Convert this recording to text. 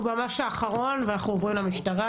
הוא ממש האחרון ואנחנו עוברים למשטרה,